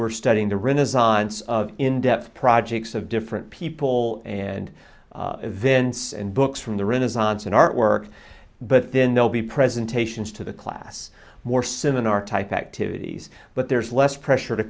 we're studying the renaissance of in depth projects of different people and events and books from the renaissance in artwork but then they'll be presentations to the class more symon are type activities but there's less pressure to